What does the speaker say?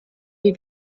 wie